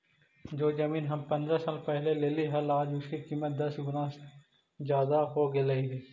जो जमीन हम पंद्रह साल पहले लेली हल, आज उसकी कीमत दस गुना जादा हो गेलई हे